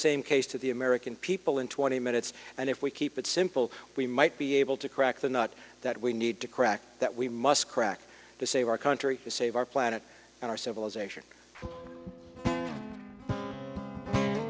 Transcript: same case to the american people in twenty minutes and if we keep it simple we might be able to crack the nut that we need to crack that we must crack to save our country and save our planet and our civilization